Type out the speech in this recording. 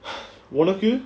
உனக்கு:unakku